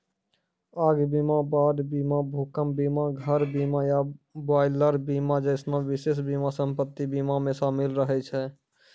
आग बीमा, बाढ़ बीमा, भूकंप बीमा, घर बीमा या बॉयलर बीमा जैसनो विशेष बीमा सम्पति बीमा मे शामिल रहै छै